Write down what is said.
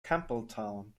campbelltown